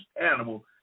animal